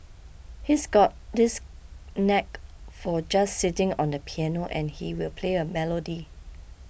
he's got this knack for just sitting on the piano and he will play a melody